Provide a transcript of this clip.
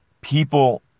People